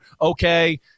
Okay